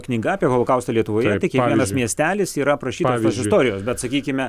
knyga apie holokaustą lietuvoje tai kiekvienas miestelis yra aprašytas tos istorijos bet sakykime